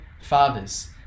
fathers